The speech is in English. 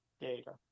data